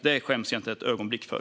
Det skäms jag inte ett ögonblick för.